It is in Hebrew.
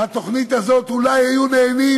מהתוכנית הזאת אולי היו נהנים